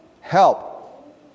Help